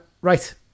Right